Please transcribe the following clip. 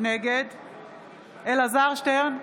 נגד אלעזר שטרן,